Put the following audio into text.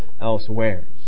elsewhere